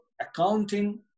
accounting